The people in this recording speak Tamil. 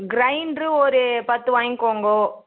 க்ரைண்ட்ரு ஒரு பத்து வாங்கிக்கோங்கோ